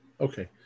Okay